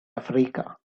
africa